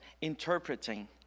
interpreting